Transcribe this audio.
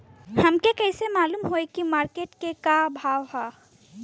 हमके कइसे मालूम होई की मार्केट के का भाव ह?